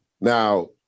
Now